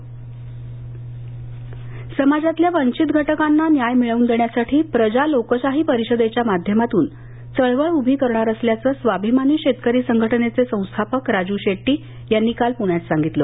शेट्टी समाजातल्या वंचित घटकांना न्याय मिळवून देण्यासाठी प्रजा लोकशाही परिषेदेच्या माध्यमातून चळवळ उभी करणार असल्याचं स्वाभिमानी शेतकरी संघटनेचे संस्थापक राजू शेट्टी यांनी काल पृण्यात सांगितलं